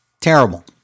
terrible